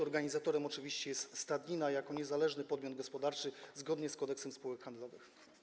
Organizatorem oczywiście jest stadnina jako niezależny podmiot gospodarczy, zgodnie z Kodeksem spółek handlowych.